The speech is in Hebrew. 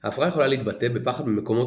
ההפרעה יכולה להתבטא בפחד ממקומות